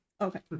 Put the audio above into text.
Okay